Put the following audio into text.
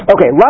Okay